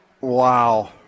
Wow